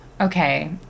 Okay